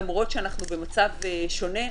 למרות שאנחנו במצב שונה,